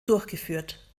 durchgeführt